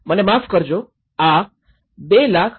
મને માફ કરજો આ ૨૦૯૨૩૪ છે